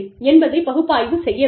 என்பதை பகுப்பாய்வு செய்ய வேண்டும்